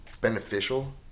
beneficial